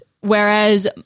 Whereas